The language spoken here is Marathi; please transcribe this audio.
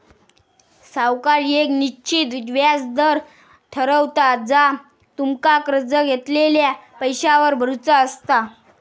सावकार येक निश्चित व्याज दर ठरवता जा तुमका कर्ज घेतलेल्या पैशावर भरुचा असता